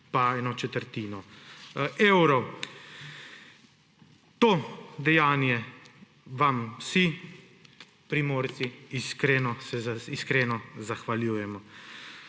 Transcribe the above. pa eno četrtino evrov. Za to dejanje se vam vsi Primorci iskreno zahvaljujemo.